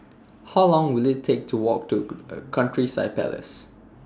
How Long Will IT Take to Walk to Countryside Palace